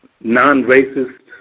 non-racist